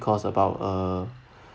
cost about uh